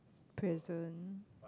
present